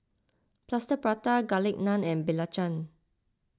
Plaster Prata Garlic Naan and Belacan